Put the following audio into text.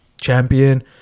champion